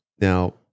Now